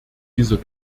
dieser